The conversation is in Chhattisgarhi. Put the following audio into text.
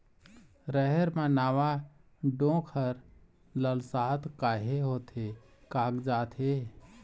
रहेड़ म नावा डोंक हर लसलसा काहे होथे कागजात हे?